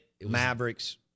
Mavericks